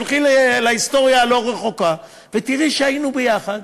תלכי להיסטוריה הלא-רחוקה ותראי שהיינו ביחד,